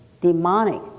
demonic